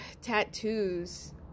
tattoos